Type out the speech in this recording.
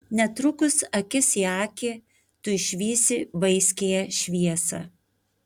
netrukus akis į akį tu išvysi vaiskiąją šviesą